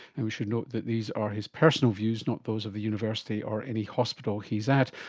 and we should note that these are his personal views, not those of the university or any hospital he's at.